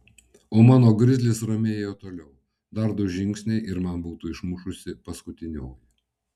o mano grizlis ramiai ėjo toliau dar du žingsniai ir man būtų išmušusi paskutinioji